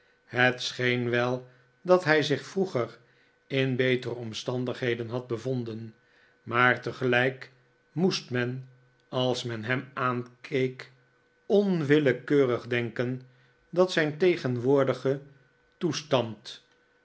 het scheen wel dat hij zich vroeger in betere omstandigheden had bevonden maar tegelijk moest men als men hem aankeek onwillekeurig denken dat zijn tegenwoordige toestand